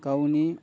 गावनि